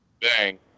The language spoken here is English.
Bang